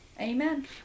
Amen